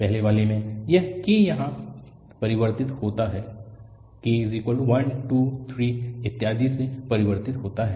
पहले वाले में यह k यहाँ परिवर्तित होता है k 1 2 3 इत्यादि से परिवर्तित होता है